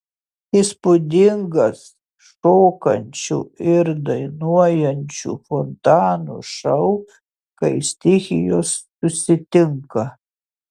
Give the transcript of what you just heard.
įspūdingas šokančių ir dainuojančių fontanų šou kai stichijos susitinka